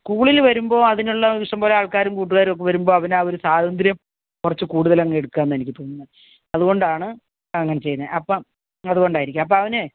സ്കൂളിൽ വരുമ്പോൾ അതിനുള്ള ഇഷ്ടംപോലെ ആൾക്കാരും കൂട്ടുകാരുമൊക്കെ വരുമ്പോൾ അവൻ ആ ഒരു സ്വാതന്ത്ര്യം കുറച്ചു കൂടുതൽ അങ്ങു എടുക്കാന്നത് എനിക്ക് തോന്നുന്നത് അതുകൊണ്ടാണ് അങ്ങനെ ചെയ്യുന്നേ അപ്പം അതുകൊണ്ടായിരിക്കും അപ്പം അവനെ